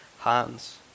hands